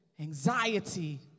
anxiety